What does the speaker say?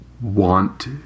want